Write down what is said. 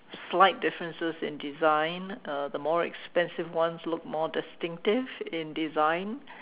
slight differences in design uh the more expensive ones look more distinctive in design